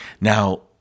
Now